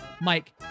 Mike